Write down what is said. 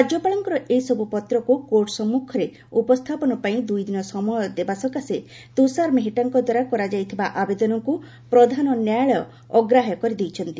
ରାଜ୍ୟପାଳଙ୍କର ଏସବୁ ପତ୍ରକୁ କୋର୍ଟ ସମ୍ମୁଖରେ ଉପସ୍ଥାପନ ପାଇଁ ଦୁଇଦିନ ସମୟ ଦେବା ସକାଶେ ତୁଷାର ମେହେଟ୍ଟାଙ୍କ ଦ୍ୱାରା କରାଯାଇଥିବା ଆବେଦନକୁ ପ୍ରଧାନ ନ୍ୟାୟାଳୟ ଅଗ୍ରାହ୍ୟ କରିଦେଇଛନ୍ତି